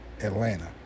Atlanta